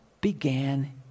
began